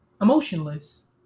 emotionless